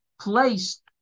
placed